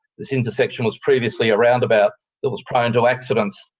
this intersection was previously a roundabout that was prone to accidents,